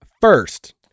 First